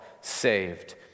saved